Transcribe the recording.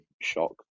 shock